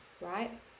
right